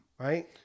right